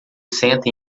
senta